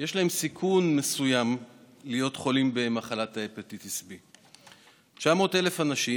יש להם סיכון מסוים להיות חולים במחלת ההפטיטיס B. 900,000 אנשים,